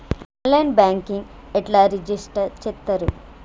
On line banking ఎట్లా register చేత్తరు?